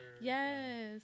yes